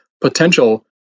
potential